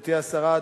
גברתי השרה,